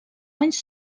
anys